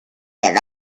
that